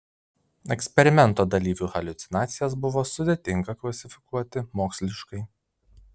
eksperimento dalyvių haliucinacijas buvo sudėtinga klasifikuoti moksliškai